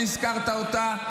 שהזכרת אותה,